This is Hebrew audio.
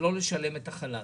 שלא לשלם חל"ת,